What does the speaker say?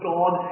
God